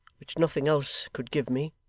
which nothing else could give me.